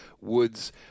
Woods